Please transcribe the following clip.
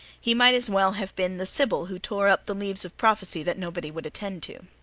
he might as well have been the sybil who tore up the leaves of prophecy that nobody would attend to.